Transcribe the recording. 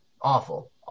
Awful